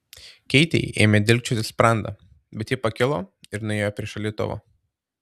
keitei ėmė dilgčioti sprandą bet ji pakilo ir nuėjo prie šaldytuvo